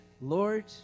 Lord